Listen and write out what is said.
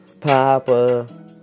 Papa